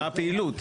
מה הפעילות?